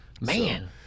Man